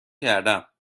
کردم